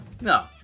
No